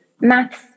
maths